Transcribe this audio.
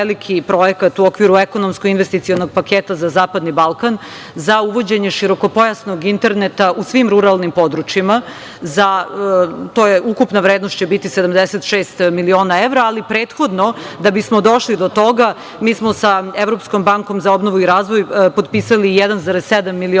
u okviru ekonomsko-investicionog paketa za zapadni Balkan za uvođenje širokopojasnog interneta u svim ruralnim područjima. Ukupna vrednost će biti 76 miliona evra. Da bismo došli do toga mi smo prethodno sa Evropskom bankom za obnovu i razvoj potpisali 1,7 miliona evra